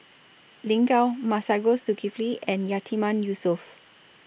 Lin Gao Masagos Zulkifli and Yatiman Yusof